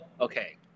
okay